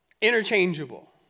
Interchangeable